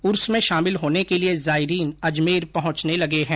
उर्स में शामिल होने के लिये जायरीन अजमेर पहुंचने लगे है